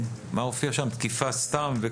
לגבי תקיפה סתם.